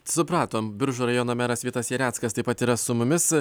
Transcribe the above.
supratom biržų rajono meras vytas jareckas taip pat yra su mumis